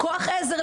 עזר,